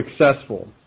successful